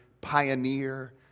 pioneer